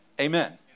Amen